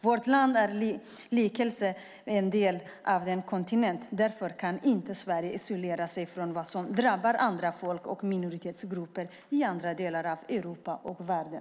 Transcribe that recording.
Vårt land är likaledes en del av en kontinent. Därför kan inte Sverige isolera sig från vad som drabbar andra folk och minoritetsgrupper i andra delar av Europa och världen.